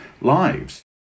lives